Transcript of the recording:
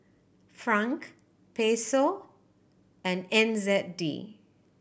Franc Peso and N Z D